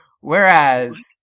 Whereas